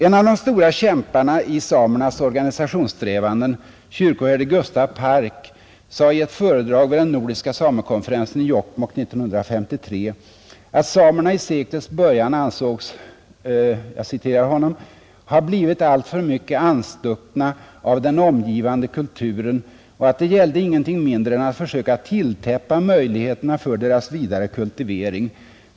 En av de stora kämparna i samernas organisationssträvanden, kyrkoherde Gustav Park, sade i ett föredrag vid den nordiska samekonferensen i Jokkmokk 1953 att samerna i seklets början ansågs ”ha blivit alltför mycket anstuckna av den omgivande kulturen, och det gällde ingenting mindre än att försöka tilltäppa möjligheterna för deras vidare kultivering.